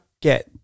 get